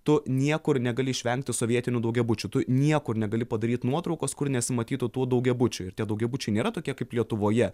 tu niekur negali išvengti sovietinių daugiabučių tu niekur negali padaryt nuotraukos kur nesimatytų tų daugiabučių ir tie daugiabučiai nėra tokie kaip lietuvoje